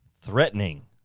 Threatening